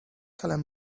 salem